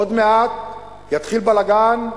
עוד מעט יתחיל בלגן,